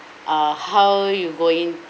uh how you going